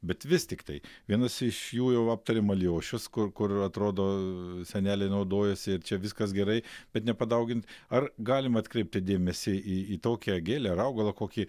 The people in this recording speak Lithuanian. bet vis tiktai vienas iš jų jau aptarėm alijošius kur kur atrodo seneliai naudojasi ir čia viskas gerai bet nepadaugint ar galim atkreipti dėmesį į į tokią gėlę ar augalą kokį